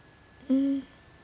mmhmm